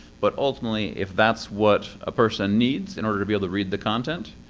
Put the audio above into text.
but ultimately, if that's what a person needs in order to be able to read the content,